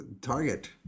Target